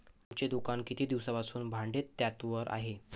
तुमचे दुकान किती दिवसांपासून भाडेतत्त्वावर आहे?